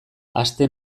aste